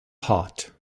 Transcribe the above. heart